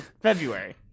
February